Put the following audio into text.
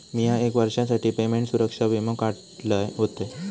मिया एक वर्षासाठी पेमेंट सुरक्षा वीमो काढलय होतय